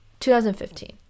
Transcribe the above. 2015